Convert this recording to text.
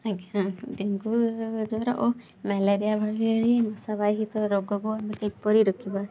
ଆଜ୍ଞା ଡେଙ୍ଗୁ ଜ୍ବର ଓ ମ୍ୟାଲେରିଆ ଭଳି ମଶା ବାହିତ ରୋଗକୁ ଆମେ କିପରି ରୋକିବା